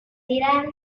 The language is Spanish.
tirar